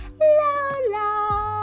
Lola